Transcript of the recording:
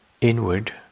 inward